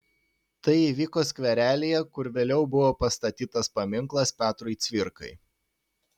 tai įvyko skverelyje kur vėliau buvo pastatytas paminklas petrui cvirkai